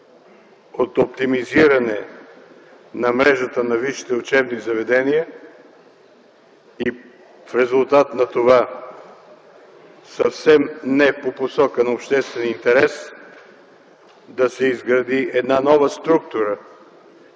от оптимизиране мрежата на висшите учебни заведения и в резултат на това съвсем не по посока на обществения интерес да се изгради нова структура